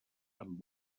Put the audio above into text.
amb